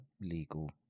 legal